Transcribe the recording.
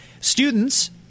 Students